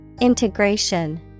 Integration